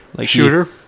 Shooter